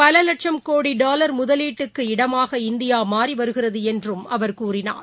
பலலட்சம் கோடிடாலர் முதலீட்டுக்கு இடமாக இந்தியாமாறிவருகிறதுஎன்றும் அவர் கூறினார்